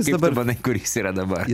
kaip tu manai kur jis yra dabar